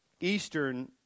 Eastern